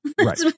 Right